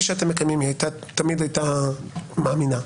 שאתם מקיימים היא תמיד הייתה מאמינה,